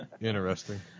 interesting